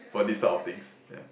for this type of things ya